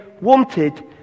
wanted